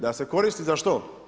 Da se koristi za što?